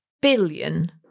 billion